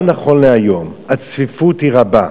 גם נכון להיום הצפיפות היא רבה.